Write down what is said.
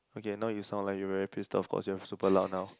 okay now you sound like you very pissed off cause you are super loud now